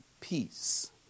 peace